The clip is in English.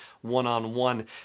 one-on-one